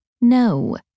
No